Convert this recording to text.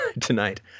tonight